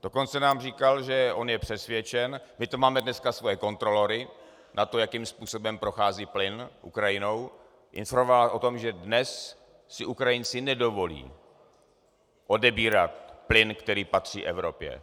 Dokonce nám říkal, že on je přesvědčen my tu máme dneska svoje kontrolory na to, jakým způsobem prochází plyn Ukrajinou informoval o tom, že dnes si Ukrajinci nedovolí odebírat plyn, který patří Evropě.